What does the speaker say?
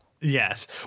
Yes